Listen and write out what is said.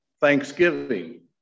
Thanksgiving